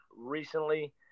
recently